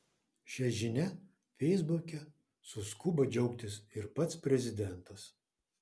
šia žinia feisbuke suskubo džiaugtis ir pats prezidentas